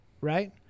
Right